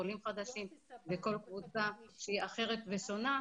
עולים חדשים וכל קבוצה שהיא אחרת ושונה,